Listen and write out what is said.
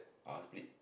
ah split